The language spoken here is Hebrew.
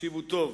תקשיבו טוב: